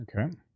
Okay